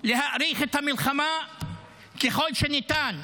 להאריך את המלחמה ככל שניתן,